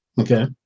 okay